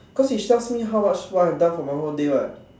cause it shows me how much work I have done for the whole day [what]